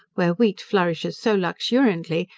where wheat flourishes so luxuriantly,